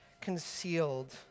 concealed